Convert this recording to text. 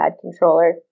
controller